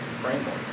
framework